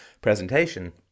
presentation